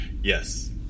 yes